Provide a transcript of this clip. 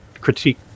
critique